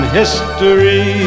history